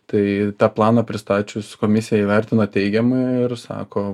tai tą planą pristačius komisija įvertino teigiamai ir sako